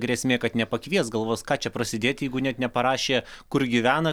grėsmė kad nepakvies galvos ką čia prasidėt jeigu net neparašė kur gyvena